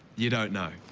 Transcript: you don't know.